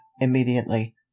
immediately